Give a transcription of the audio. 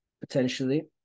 potentially